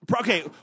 okay